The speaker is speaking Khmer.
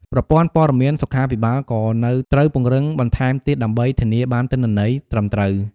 ប្រព័ន្ធព័ត៌មានសុខាភិបាលក៏នៅត្រូវពង្រឹងបន្ថែមទៀតដើម្បីធានាបានទិន្នន័យត្រឹមត្រូវ។